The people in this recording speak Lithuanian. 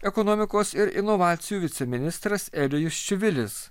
ekonomikos ir inovacijų viceministras elijus čivilis